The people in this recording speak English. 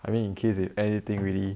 I mean in case if anything really